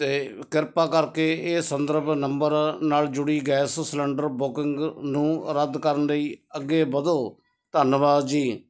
ਅਤੇ ਕਿਰਪਾ ਕਰਕੇ ਇਹ ਸੰਦਰਭ ਨੰਬਰ ਨਾਲ ਜੁੜੀ ਗੈਸ ਸਿਲੰਡਰ ਬੁਕਿੰਗ ਨੂੰ ਰੱਦ ਕਰਨ ਲਈ ਅੱਗੇ ਵਧੋ ਧੰਨਵਾਦ ਜੀ